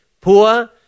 poor